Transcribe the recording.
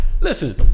listen